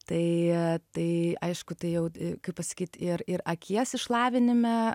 tai tai aišku tai jau kaip pasakyt ir ir akies išlavinime